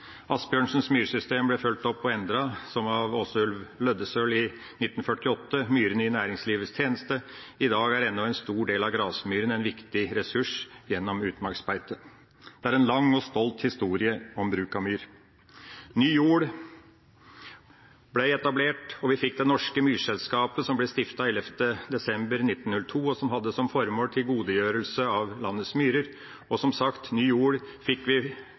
Asbjørnsens myrsystem ble fulgt opp og endret, som av Aasulv Løddesøl i 1948, Myrene i næringslivets tjeneste. I dag er ennå en stor del av grasmyrene en viktig ressurs gjennom utmarksbeite. Det er en lang og stolt historie om bruk av myr. Vi fikk Det norske myrselskap, som ble stiftet 11. desember 1902, og som hadde som formål «tilgodegjørelse av landets myrer». Ny Jord